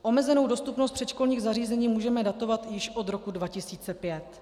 Omezenou dostupnost předškolních zařízení můžeme datovat již od roku 2005.